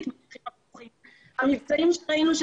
שאני מפשפשת לא מעט באשפה ובזבל בשביל להבין איך אנחנו יוצאים מזה,